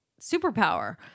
superpower